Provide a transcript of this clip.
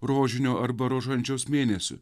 rožinio arba rožančiaus mėnesiu